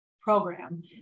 program